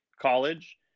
college